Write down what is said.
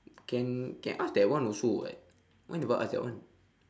can can ask that one also [what] why never ask that one